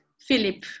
philip